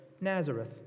Nazareth